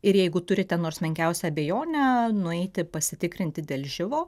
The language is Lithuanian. ir jeigu turite nors menkiausią abejonę nueiti pasitikrinti dėl živo